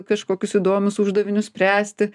kažkokius įdomius uždavinius spręsti